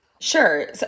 Sure